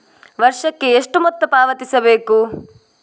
ವರ್ಷಕ್ಕೆ ಎಷ್ಟು ಮೊತ್ತ ಪಾವತಿಸಬೇಕು?